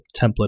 template